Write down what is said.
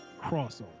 crossover